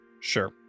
Sure